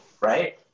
Right